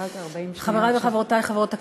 חברי וחברותי חברות הכנסת,